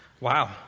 Wow